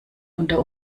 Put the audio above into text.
unter